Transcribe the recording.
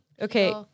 Okay